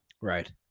Right